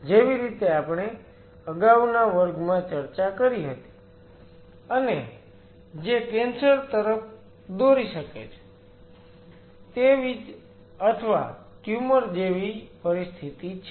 જેવી રીતે આપણે અગાઉના વર્ગમાં ચર્ચા કરી હતી અને જે કેન્સર તરફ દોરી શકે છે તેવીજ અથવા ટ્યુમર જેવી પરિસ્થિતિ છે